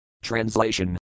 Translation